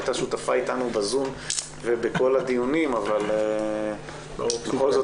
הייתה שותפה איתנו בזום ובכל הדיונים אבל בכל זאת